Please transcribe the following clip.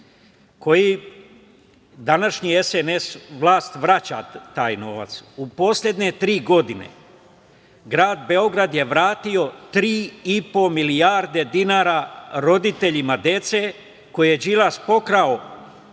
kojima današnja vlast, SNS, vraća taj novac. U poslednje tri godine Grad Beograd je vratio tri i po milijarde dinara roditeljima dece koje je Đilas pokrao